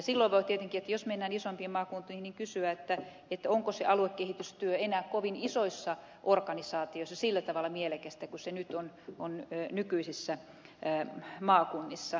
silloin voi tietenkin jos mennään isompiin maakuntiin kysyä onko se aluekehitystyö enää kovin isoissa organisaatioissa sillä tavalla mielekästä kuin se nyt on nykyisissä maakunnissa